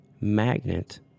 magnet